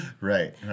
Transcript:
Right